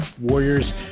Warriors